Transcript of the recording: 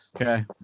Okay